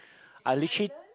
I literally